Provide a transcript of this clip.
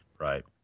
Right